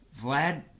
Vlad